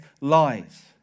lies